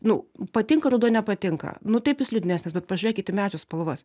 nu patinka ruduo nepatinka nu taip jis liūdnesnis bet pažėkit į medžių spalvas